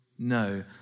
No